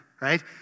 Right